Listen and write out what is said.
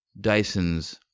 Dyson's